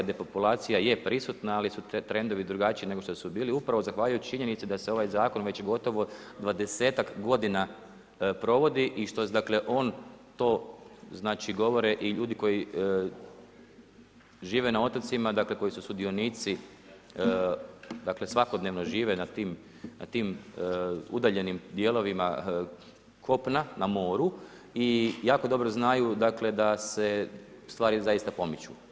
Depopulacija je prisutna, ali su trendovi drugačiji nego što su bili upravo zahvaljujući činjenici da se ovaj zakon već gotovo 20-ak godina provodi i što dakle on znači, govore i ljudi koji žive na otocima, dakle koji su sudionici, dakle svakodnevno žive na tim udaljenim dijelovima kopna, na moru i jako dobro znaju dakle da se stvari zaista pomiču.